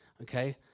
Okay